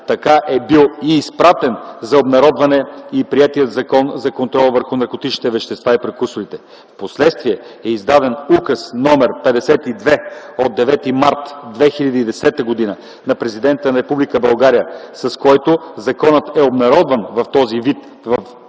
така е бил изпратен за обнародване и приетият Закон за контрол върху наркотичните вещества и прекурсорите. Впоследствие е издаден Указ № 52 от 9 март 2010 г. на Президента на Република България, с който законът е обнародван в този вид